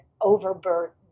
overburdened